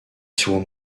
soit